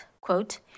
Quote